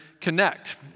Connect